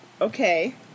okay